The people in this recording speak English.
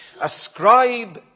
Ascribe